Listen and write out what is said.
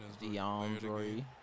DeAndre